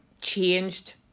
changed